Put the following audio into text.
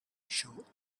short